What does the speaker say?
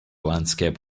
landscape